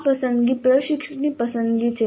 આ પસંદગી પ્રશિક્ષકની પસંદગી છે